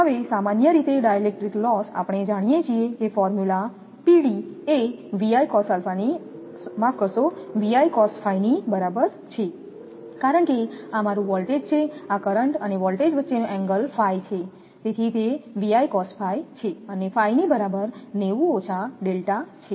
હવે સામાન્ય રીતે ડાઇલેક્ટ્રિક લોસ આપણે જાણીએ છીએ કે ફોર્મ્યુલા P d એ ની બરાબર છે કારણ કે આ મારું વોલ્ટેજ છે આ કરંટ અને વોલ્ટેજ વચ્ચેનો એંગલ છે તેથી તે છે અને ની બરાબર